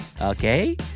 Okay